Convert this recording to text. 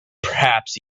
perhaps